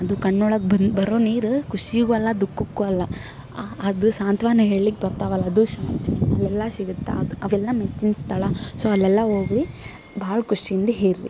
ಅದು ಕಣ್ಣೊಳಗೆ ಬನ್ ಬರೋ ನೀರು ಖುಷಿಗೂ ಅಲ್ಲ ದುಃಖಕ್ಕೂ ಅಲ್ಲ ಅದು ಸಾಂತ್ವನ ಹೇಳ್ಳಿಕ್ಕೆ ಬರ್ತಾವಲ್ಲ ಅದು ಶಾಂತಿ ಅಲ್ಲೆಲ್ಲ ಸಿಗುತ್ತೆ ಅದು ಅವೆಲ್ಲ ಮೆಚ್ಚಿನ ಸ್ಥಳ ಸೊ ಅಲ್ಲೆಲ್ಲ ಹೋಗಿ ಭಾಳ ಖುಷಿಯಿಂದ ಇರ್ರಿ